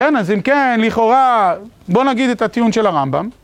כן, אז אם כן, לכאורה, בוא נגיד את הטיעון של הרמב״ם.